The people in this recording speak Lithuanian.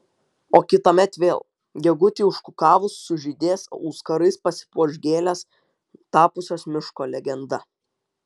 o kitąmet vėl gegutei užkukavus sužydės auskarais pasipuoš gėlės tapusios miško legenda